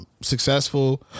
successful